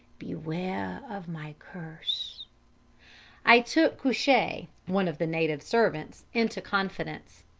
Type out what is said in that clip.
beware of my curse i took cushai, one of the native servants, into confidence.